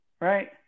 right